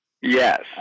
yes